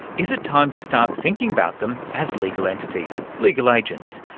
is it time to start thinking about them as legal entities, legal agents?